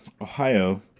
Ohio